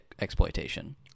exploitation